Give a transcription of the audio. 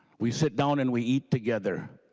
we sit down and we eat together.